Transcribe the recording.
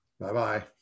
Bye-bye